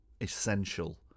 essential